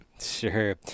Sure